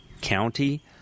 county